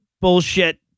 bullshit